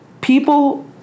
people